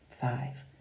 five